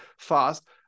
fast